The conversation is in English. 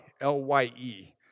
L-Y-E